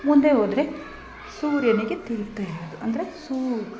ಮುಂದೆ ಹೋದ್ರೆ ಸೂರ್ಯನಿಗೆ ತಿರುಗ್ತಾ ಇರೋದು ಸೂ